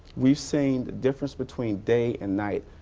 we've seen the difference between day and night.